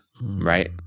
right